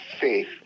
faith